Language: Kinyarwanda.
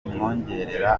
bimwongerera